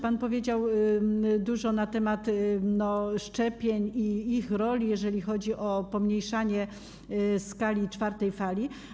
Powiedział pan dużo na temat szczepień i ich roli, jeżeli chodzi o pomniejszanie skali czwartej fali.